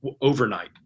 overnight